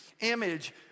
image